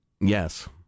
Yes